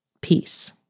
peace